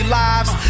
lives